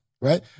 Right